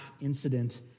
incident